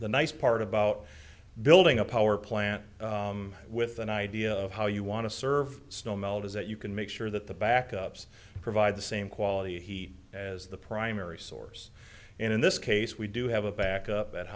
the nice part about building a power plant with an idea of how you want to serve snow melt is that you can make sure that the back ups provide the same quality he as the primary source and in this case we do have a backup